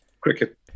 cricket